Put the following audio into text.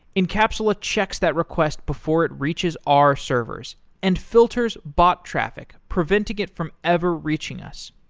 encapsula checks that request before it reaches our servers and filters bot traffic preventing it from ever reaching us.